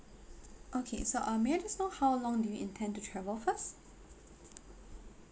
okay so uh may I just know how long do you intend to travel first